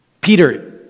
Peter